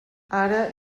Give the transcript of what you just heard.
ara